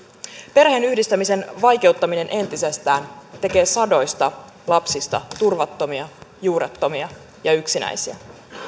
perheenyhdistämisen vaikeuttaminen entisestään tekee sadoista lapsista turvattomia juurettomia ja yksinäisiä